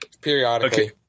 periodically